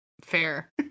fair